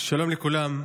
שלום לכולם.